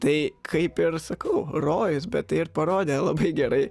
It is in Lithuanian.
tai kaip ir sakau rojus bet tai ir parodė labai gerai